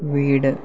വീട്